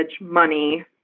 money